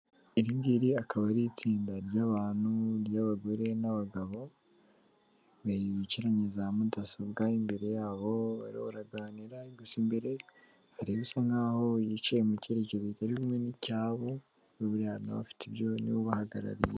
Iringiri akaba ari itsinda ry'abantu ry'abagore n'abagabo bicaranye za mudasobwa imbere yabo barimo baraganira gusa imbere hari usa nkaho yicaye mu cyerekezo kitarikumwe n'icyabo baburana bafite ibyo niwe ubahagarariye.